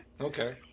Okay